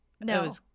No